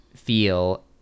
feel